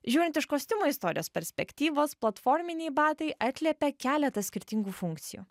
žiūrint iš kostiumo istorijos perspektyvos platforminiai batai atliepia keletą skirtingų funkcijų